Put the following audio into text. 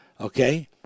Okay